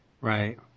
right